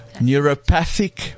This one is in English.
neuropathic